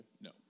No